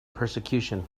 persecution